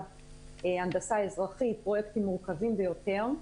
של הנדסה אזרחית פרויקטים מורכבים ביותר.